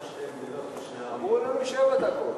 אמרו לנו שבע דקות.